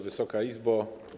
Wysoka Izbo!